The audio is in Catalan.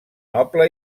noble